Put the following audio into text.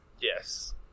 Yes